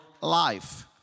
life